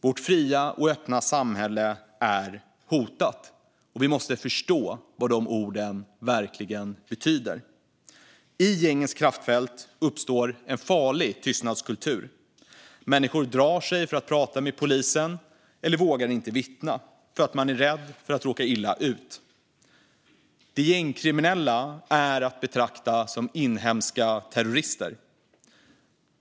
Vårt fria och öppna samhälle är hotat, och vi måste förstå vad de orden verkligen betyder. I gängens kraftfält uppstår en farlig tystnadskultur. Människor drar sig för att prata med polisen eller vågar inte vittna för att de är rädda att råka illa ut. De gängkriminella är att betrakta som inhemska terrorister.